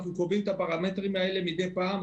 אנחנו קובעים את הפרמטרים האלה מדי פעם.